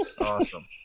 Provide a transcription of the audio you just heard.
awesome